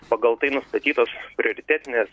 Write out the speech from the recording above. pagal tai nustatytos prioritetinės